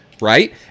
right